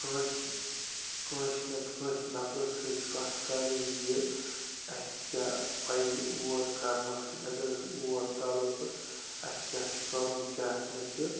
کٲنٛسہِ کٲںٛسہِ نَتہٕ کٲنٛسہِ نفرس سۭتۍ کَتھ کَرٕنۍ زِ اَسہِ کیٛاہ پَزِ اور کَرنس اگر أسۍ اور تَرو تہٕ اَسہِ کیٛاہ چھُ کَرُن کیٛاہ نہٕ چھُ